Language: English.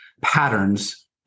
patterns